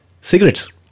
cigarettes